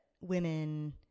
women